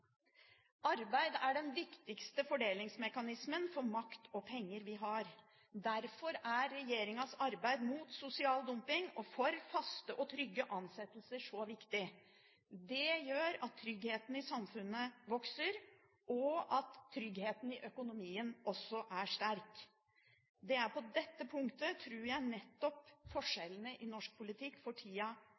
Arbeid er den viktigste fordelingsmekanismen for makt og penger vi har. Derfor er regjeringens arbeid mot sosial dumping og for faste og trygge ansettelser så viktig. Det gjør at tryggheten i samfunnet vokser, og at tryggheten i økonomien også er sterk. Det er nettopp på dette punktet jeg tror at forskjellene i norsk politikk for tida